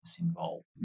involved